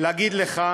להגיד לך